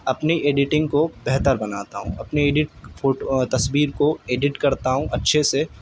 اپنی ایڈیٹنگ کو بہتر بناتا ہوں اپنے ایڈٹ فوٹو تصویر کو ایڈٹ کرتا ہوں اچھے سے